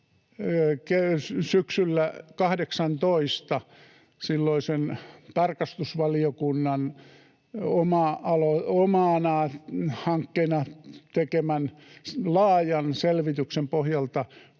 silloisen tarkastusvaliokunnan omana hankkeena tekemän laajan selvityksen pohjalta